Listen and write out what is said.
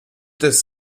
des